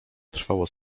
trwało